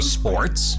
sports